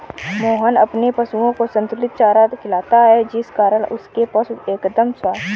मोहन अपने पशुओं को संतुलित चारा खिलाता है जिस कारण उसके पशु एकदम स्वस्थ हैं